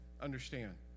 understand